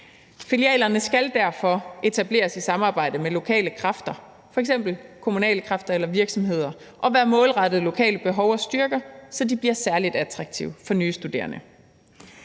Filialerne skal derfor etableres i samarbejde med lokale kræfter, f.eks. kommunale kræfter eller virksomheder, og være målrettet lokale behov og styrker, så de bliver særlig attraktive for nye studerende.